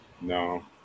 No